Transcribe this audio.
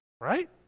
right